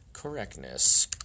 Correctness